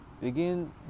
begin